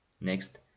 Next